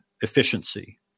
efficiency